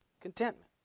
contentment